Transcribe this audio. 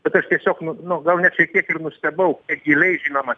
bet aš tiesiog nu nu gal ne tiek kiek ir nustebau giliai žinoma